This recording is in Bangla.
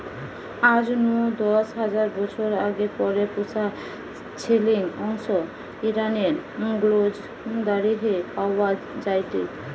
আজ নু দশ হাজার বছর আগে ঘরে পুশা ছেলির অংশ ইরানের গ্নজ দারেহে পাওয়া যায়টে